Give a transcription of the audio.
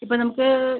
ഇപ്പം നമുക്ക്